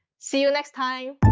see you next time.